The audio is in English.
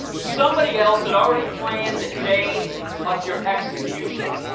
somebody else had already planned the day of your execution?